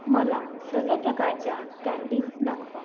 मला सर्व प्रकारच्या कँडीज दाखवा